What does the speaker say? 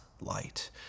light